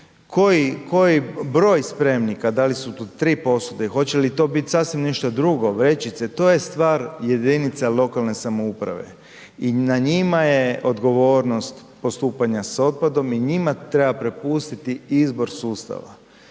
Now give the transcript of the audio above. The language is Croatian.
koji, broj spremnika, da li su to 3 posude i hoće li to bit sasvim nešto drugo, vrećice, to je stvar jedinica lokalne samouprave i na njima je odgovornost postupanja s otpadom i njima treba prepustiti izbor sustava,